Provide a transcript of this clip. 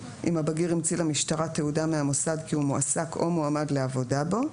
אם הבגיר המציא למשטרה תעודה מהמוסד כי הוא מעוסק או מועמד לעבודה בו.